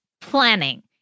planning